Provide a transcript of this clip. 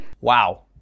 Wow